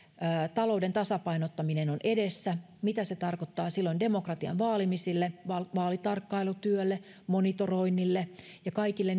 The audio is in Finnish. talouden tasapainottaminen on edessä mitä se tarkoittaa silloin demokratian vaalimiselle vaalitarkkailutyölle monitoroinnille ja kaikille